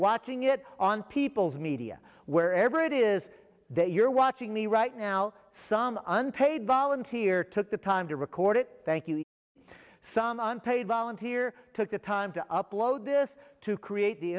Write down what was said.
watching it on people's media wherever it is that you're watching me right now some unpaid volunteer took the time to record it thank you some unpaid volunteer took the time to upload this to create the